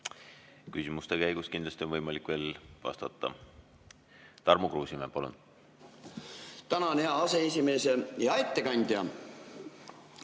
Küsimuste käigus on kindlasti võimalik veel vastata. Tarmo Kruusimäe, palun! Tänan, hea aseesimees! Hea ettekandja!